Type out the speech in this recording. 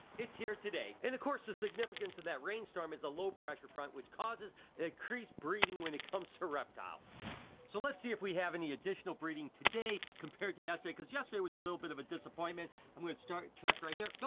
it's here today. and of course the significance of that rain storm is a low-pressure front, which causes an increased breeding when it comes to reptiles. so let's see if we have any additional breeding today compared to yesterday, cause yesterday was a little bit of a disappointment. i'm gonna start, check right here. oh,